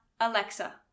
Alexa